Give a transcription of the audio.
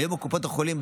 היום קופות החולים,